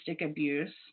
abuse